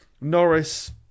norris